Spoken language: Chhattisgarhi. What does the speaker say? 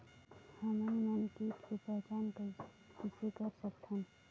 हमन मन कीट के पहचान किसे कर सकथन?